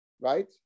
right